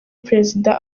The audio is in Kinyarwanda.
perezida